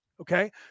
Okay